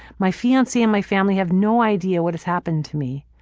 my fiance and my family have no idea what has happened to me.